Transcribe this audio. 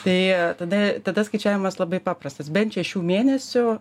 tai tada tada skaičiavimas labai paprastas bent šešių mėnesių